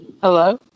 Hello